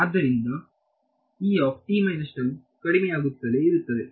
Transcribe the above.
ಆದ್ದರಿಂದ ಕಡಿಮೆಯಾಗುತ್ತಲೇ ಇರುತ್ತದೆ